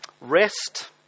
Rest